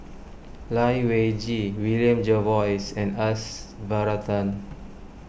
Lai Weijie William Jervois and S Varathan